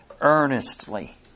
earnestly